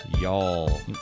Y'all